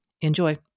Enjoy